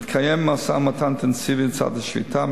מתקיים משא-ומתן אינטנסיבי לצד השביתה.